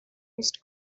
most